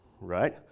right